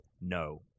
no